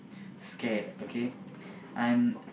scared okay I'm